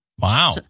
Wow